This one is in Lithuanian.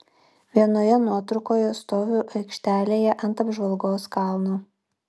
vienoje nuotraukoje stoviu aikštelėje ant apžvalgos kalno